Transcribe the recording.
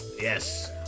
Yes